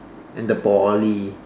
and the Poly